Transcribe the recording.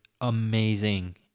amazing